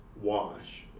wash